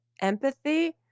empathy